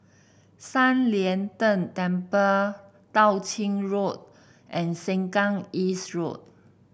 San Lian Deng Temple Tao Ching Road and Sengkang East Road